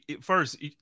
first